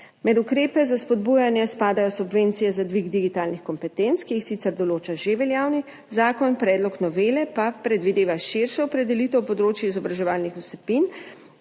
Med ukrepe za spodbujanje spadajo subvencije za dvig digitalnih kompetenc, ki jih sicer določa že veljavni zakon, predlog novele pa predvideva širšo opredelitev področij izobraževalnih vsebin.